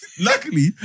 luckily